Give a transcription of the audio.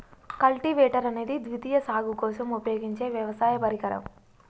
cultivator అనేది ద్వితీయ సాగు కోసం ఉపయోగించే వ్యవసాయ పరికరం